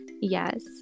yes